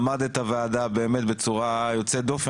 למד את הוועדה באמת בצורה יוצאת דופן,